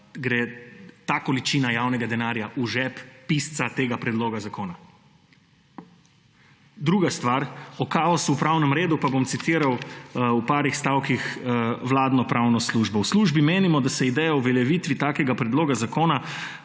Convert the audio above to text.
gre ta količina javnega denarja v žep pisca tega predloga zakona. Druga stvar. O kaosu v pravnem redu pa bom citiral v nekaj stavkih vladno pravno službo. »V službi menimo, da se ideja o uveljavitvi takega predloga zakona